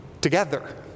together